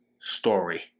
story